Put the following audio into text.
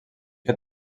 que